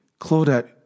Claudette